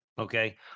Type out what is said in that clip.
Okay